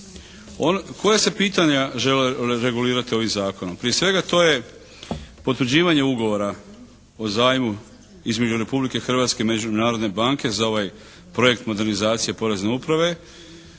Koja se pitanja žele regulirati ovim zakonom. Prije svega to je potvrđivanje Ugovora o zajmu između Republike Hrvatske i Međunarodne banke za ovaj projekt modernizacije Porezne uprave,